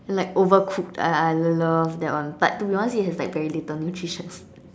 like overcooked I I love that one but to be honest it has like very little nutrition